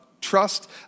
trust